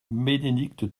bénédicte